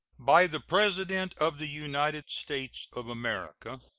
by the president of the united states of america.